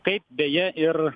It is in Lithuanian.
kaip beje ir